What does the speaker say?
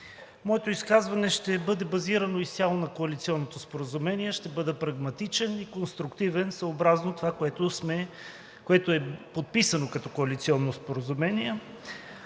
Моето изказване ще бъде изцяло на коалиционното споразумение, ще бъда прагматичен и конструктивен съобразно това, което е подписано като коалиционно споразумение.